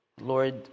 Lord